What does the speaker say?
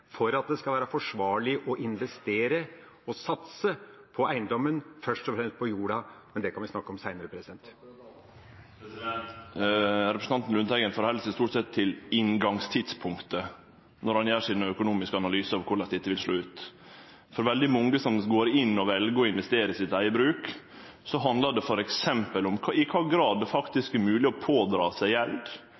for at det skal være forsvarlig å investere og satse på eiendommen? Først og fremst på jorda – men det kan vi snakke om senere. Representanten Lundteigen held seg stort sett til inngangstidspunktet når han gjer dei økonomiske analysene sine av korleis dette vil slå ut. For veldig mange som går inn og vel å investere i sitt eige bruk, handlar det f.eks. om i kva grad det faktisk er mogleg å pådra seg